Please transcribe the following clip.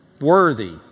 worthy